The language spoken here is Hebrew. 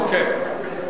אוקיי.